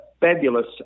fabulous